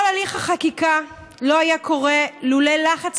כל הליך החקיקה לא היה קורה לולא לחץ